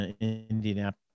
Indianapolis